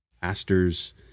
pastors